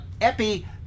epi